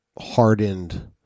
hardened